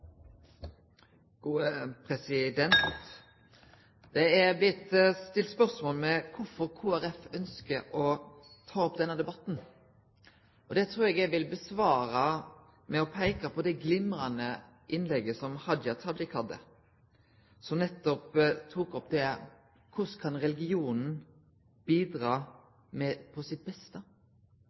blitt stilt spørsmål ved kvifor Kristeleg Folkeparti ønskjer å ta opp denne debatten. Det trur eg eg vil svare på med å peike på det glimrande innlegget som Hadia Tajik heldt, som nettopp tok opp dette: Korleis kan religion på sitt beste